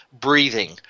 breathing